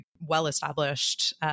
well-established